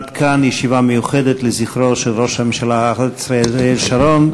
עד כאן ישיבה מיוחדת לזכרו של ראש הממשלה אריאל שרון.